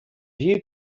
view